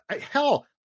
hell